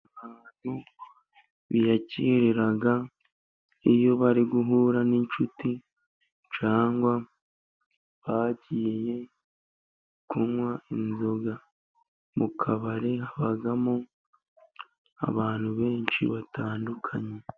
Ahantu biyakerera iyo bari guhura n'inshuti cyangwa bagiye kunywa inzoga. Mu kabari habamo abantu benshi batandukanye.